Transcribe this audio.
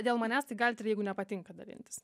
dėl manęs tai galit ir jeigu nepatinka dalintis